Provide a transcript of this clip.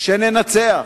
שננצח.